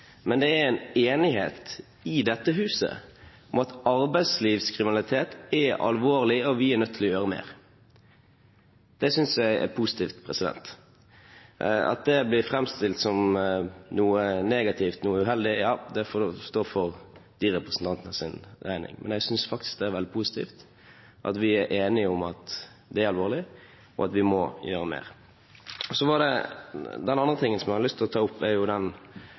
men det er en enighet i dette huset om at arbeidslivskriminalitet er alvorlig, og at vi er nødt til å gjøre mer. Det synes jeg er positivt. At det blir framstilt som noe negativt, noe uheldig, ja, det får stå for de representantenes regning. Jeg synes faktisk det er veldig positivt at vi er enige om at det er alvorlig, og at vi må gjøre mer. Den andre tingen jeg har lyst til å ta opp, er den